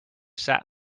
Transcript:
sat